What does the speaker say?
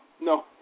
no